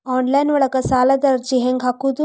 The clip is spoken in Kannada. ಆನ್ಲೈನ್ ಒಳಗ ಸಾಲದ ಅರ್ಜಿ ಹೆಂಗ್ ಹಾಕುವುದು?